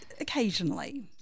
occasionally